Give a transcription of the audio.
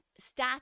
stats